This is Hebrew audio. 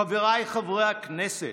חבריי חברי הכנסת,